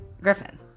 Griffin